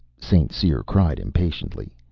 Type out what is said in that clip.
st. cyr cried impatiently.